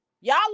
y'all